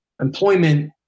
employment